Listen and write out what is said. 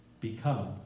become